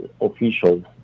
officials